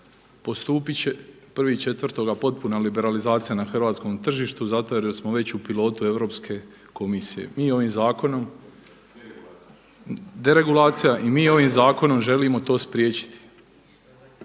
postupit će 1.4. potpuna liberalizacija na hrvatskom tržištu zato jer smo već u pilotu Europske komisije. Mi ovim zakonom, deregulacija i mi ovim zakonom želimo to spriječiti.